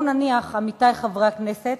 עמיתי חברי הכנסת,